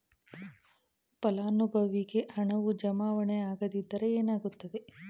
ಫಲಾನುಭವಿಗೆ ಹಣವು ಜಮಾವಣೆ ಆಗದಿದ್ದರೆ ಏನಾಗುತ್ತದೆ?